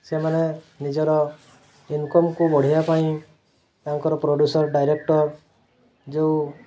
ସେମାନେ ନିଜର ଇନକମ୍କୁ ବଢ଼ିବା ପାଇଁ ତାଙ୍କର ପ୍ରଡ଼୍ୟୁସର୍ ଡାଇରେକ୍ଟର୍ ଯେଉଁ